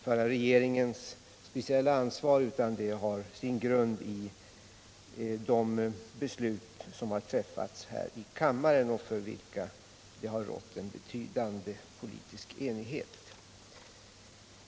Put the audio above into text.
förra regeringens speciella ansvar, utan det har sin grund i de beslut som har fattats här i kammaren och om vilka det har rått en betydande politisk enighet.